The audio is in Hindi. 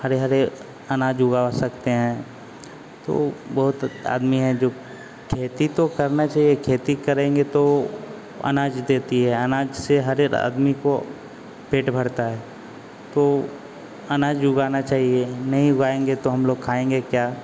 हरे हरे अनाज उगा सकते हैं तो बहुत आदमी हैं जो खेती तो करना चाहिए खेती करेंगे तो अनाज देती ही अनाज से हर एक आदमी का पेट भरता है तो अनाज उगाना चाहिए नहीं उगाएंगे तो हम लोग खाएंगे क्या